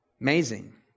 Amazing